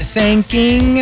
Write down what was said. Thanking